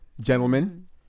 gentlemen